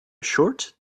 short